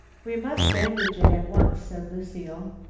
we must bandage it at once said lucile.